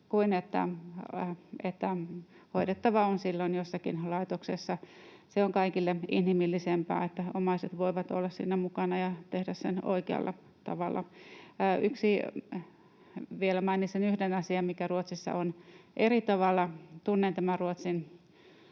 kuin että hoidettava on silloin jossakin laitoksessa. Se on kaikille inhimillisempää, että omaiset voivat olla siinä mukana ja tehdä sen oikealla tavalla. Vielä mainitsen yhden asian, mikä Ruotsissa on eri tavalla. Tunnen tämän